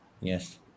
Yes